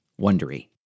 wondery